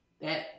that-